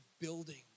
building